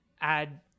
add